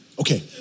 Okay